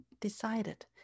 decided